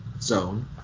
zone